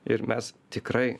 ir mes tikrai